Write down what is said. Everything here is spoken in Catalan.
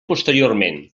posteriorment